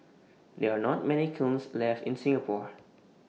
there are not many kilns left in Singapore